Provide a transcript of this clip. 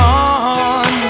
on